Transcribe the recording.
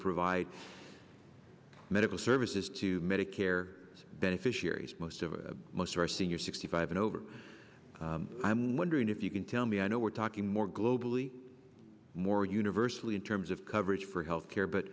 provide medical services to medicare beneficiaries most of most of our seniors sixty five and over i'm wondering if you can tell me i know we're talking more globally more universally in terms of coverage for health care but